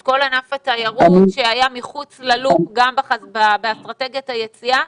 כל ענף התיירות שהיה מחוץ ללופ גם באסטרטגיית היציאה.